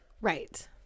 Right